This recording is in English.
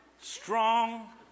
strong